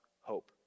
hope